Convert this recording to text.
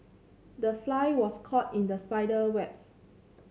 the fly was caught in the spider webs